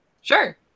Sure